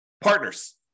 Partners